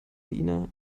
diener